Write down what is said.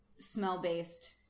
smell-based